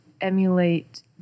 emulate